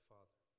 Father